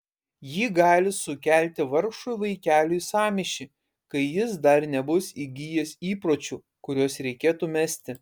ji gali sukelti vargšui vaikeliui sąmyšį kai jis dar nebus įgijęs įpročių kuriuos reikėtų mesti